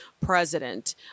president